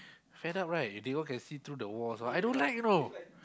fed up right they all can see through the walls I don't like you know